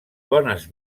bones